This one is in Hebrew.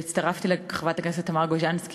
הצטרפתי לחברת הכנסת תמר גוז'נסקי,